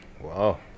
Wow